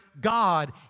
God